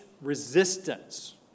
resistance